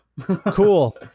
cool